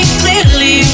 clearly